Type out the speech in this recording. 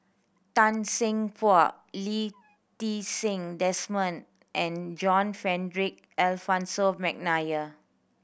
Tan Seng Poh Lee Ti Seng Desmond and John Frederick Adolphus McNair